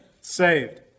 saved